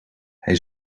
hij